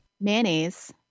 mayonnaise